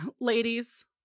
ladies